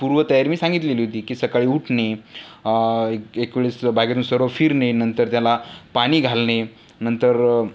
पूर्वतयारी मी सांगितलेली होती की सकाळी उठणे एक एक वेळेस बागेतनं सर्व फिरणे नंतर त्याला पाणी घालणे नंतर